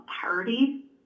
party